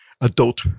adult